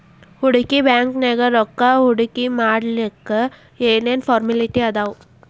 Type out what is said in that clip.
ಹೂಡ್ಕಿ ಬ್ಯಾಂಕ್ನ್ಯಾಗ್ ರೊಕ್ಕಾ ಹೂಡ್ಕಿಮಾಡ್ಲಿಕ್ಕೆ ಏನ್ ಏನ್ ಫಾರ್ಮ್ಯಲಿಟಿ ಅದಾವ?